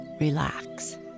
relax